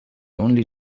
only